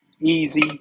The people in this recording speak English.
easy